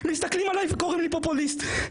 מסתכלים עלי וקוראים לי פופוליסט.